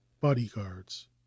bodyguards